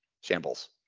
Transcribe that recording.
Shambles